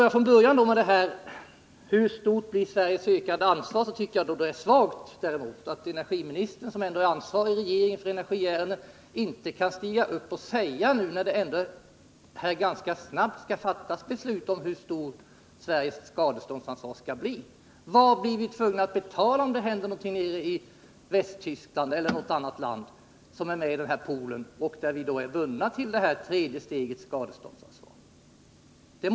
Beträffande frågan hur stort Sveriges ökade ansvar blir, tycker jag däremot att det är svagt att energiministern, som ändå är regeringens ansvarige för energiärenden, inte kan stiga upp i talarstolen och ge besked. Inom en ganska snar framtid skall ju beslut fattas om storleken av Sveriges Nr 98 skadeståndsansvar. Vad blir vi tvungna att betala om det händer något i Måndagen den Västtyskland eller i något annat land som är med i den här poolen och där vi 10 mars 1980 är bundna till det här tredje stegets skadeståndsansvar?